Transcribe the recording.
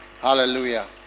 Hallelujah